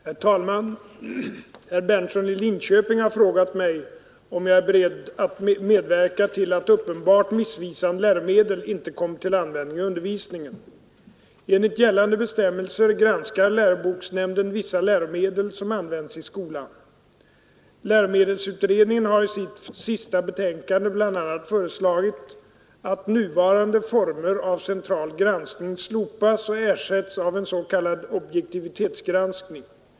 Herr talman! Herr Berndtson i Linköping har frågat mig, om jag är Nr 118 beredd medverka till att uppenbart missvisande läromedel inte kommer Torsdagen den till användning i undervisningen. 16 november 1972 Enligt gällande bestämmelser granskar läroboksnämnden vissa läromedel som används i skolan. Läromedelsutredningen har i sitt sista betänkande bl.a. föreslagit att nuvarande former av central granskning slopas och ersätts av en s.k. objektivitetsgranskning.